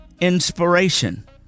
inspiration